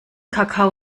kakao